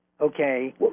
okay